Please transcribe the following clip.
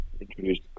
introduced